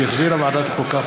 שהחזירה ועדת החוקה,